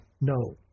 No